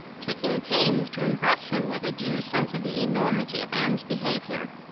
taking pains to impress him with a due sense of the enormity of anne's behavior.